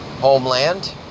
Homeland